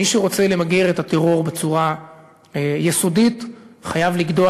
מי שרוצה למגר את הטרור בצורה יסודית חייב לגדוע